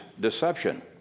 deception